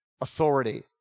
authority